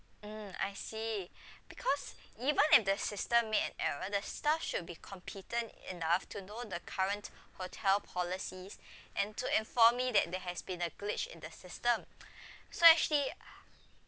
mm I see because even if the system made an error the staff should be competent enough to know the current hotel policies and to inform me that there has been a glitch in the system so actually